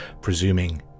presuming